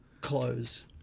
close